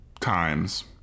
times